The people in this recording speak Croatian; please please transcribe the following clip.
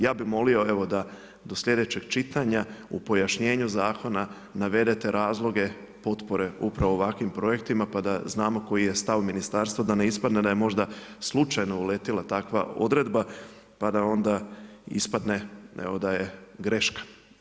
Ja bih molio evo da do sljedećeg čitanja u pojašnjenju zakona navedete razloge potpore upravo ovakvim projektima pa da znamo koji je stav ministarstva da ne ispadne da je možda slučajno uletila takva odredba, pa da onda ispadne evo da je greška.